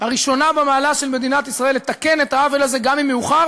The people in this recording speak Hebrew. הראשונה במעלה של מדינת ישראל לתקן את העוול הזה גם אם מאוחר,